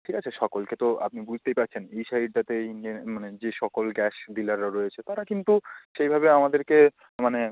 ঠিক আছে সকলকে তো আপনি বুঝতেই পারছেন এই সাইডটাতে এই মানে যে সকল গ্যাস ডিলাররা রয়েছে তারা কিন্তু সেইভাবে আমাদেরকে মানে